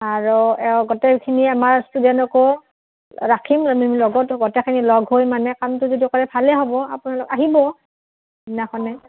আৰু গোটেইখিনি আমাৰ ষ্টুডেণ্টকো ৰাখিম আমি লগত গোটেইখিনি লগ হৈ মানে কামটো যদি কৰে ভালেই হ'ব আপোনালোক আহিব সেইদিনাখনে